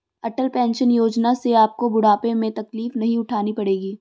अटल pension योजना से आपको बुढ़ापे में तकलीफ नहीं उठानी पड़ेगी